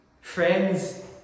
friends